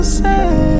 say